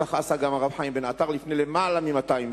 כך עשה גם הרב חיים בן-עטר לפני יותר מ-200 שנה.